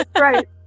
right